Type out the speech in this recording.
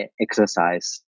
exercise